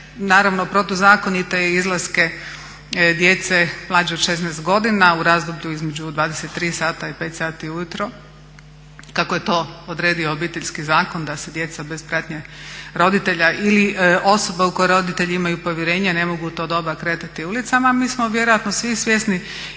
naravno protuzakonite izlaske djece mlađe od 16 godina u razdoblju između 23 sata i 5 sati ujutro kako je to odredio Obiteljski zakon da se djeca bez pratnje roditelja ili osoba u koje roditelji imaju povjerenja ne mogu u to doba kretati ulicama. Mi smo vjerojatno svi svjesni